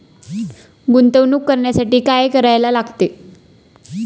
गुंतवणूक करण्यासाठी काय करायला लागते?